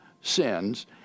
sins